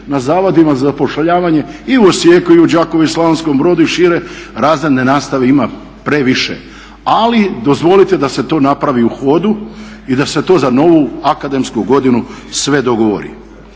na zavodima za zapošljavanje i u Osijeku i u Đakovu i u Slavonskom Brodu i šire razredne nastave ima previše. Ali dozvolite da se to napravi u hodu i da se to za novu akademsku godinu sve dogovori.